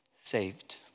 saved